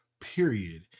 Period